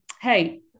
hey